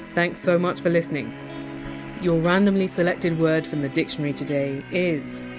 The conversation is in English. thanks so much for listening your randomly selected word from the dictionary today is!